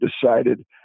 decided